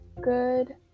good